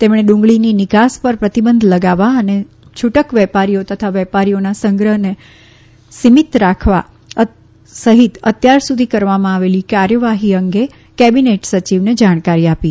તેમણે ડુંગળીની નિકાસ પર પ્રતિબંધ લગાવવા અને છુટક વેપારીઓ તથા વેપારીઓના સંગ્રહને સિમિત રાખવા સહિત અત્યાર સુધી કરવામાં આવેલી કાર્યવાહી અંગે કીબેનેટ સચિવને જાણકારી આપી